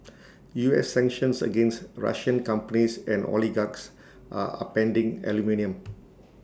U S sanctions against Russian companies and oligarchs are upending aluminium